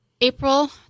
April